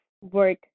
work